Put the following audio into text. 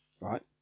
Right